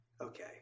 Okay